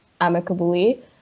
amicably